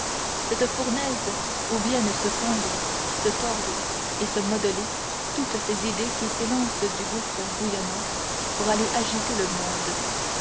cette fournaise où viennent se fondre se tordre et se modeler toutes ces idées qui s'élancent du gouffre bouillonnant pour aller agiter le monde